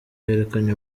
herekanywe